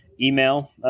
email